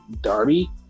Darby